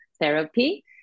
Therapy